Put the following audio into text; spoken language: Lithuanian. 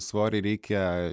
svorį reikia